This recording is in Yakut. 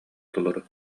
толору